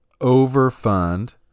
overfund